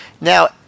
Now